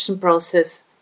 process